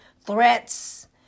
threats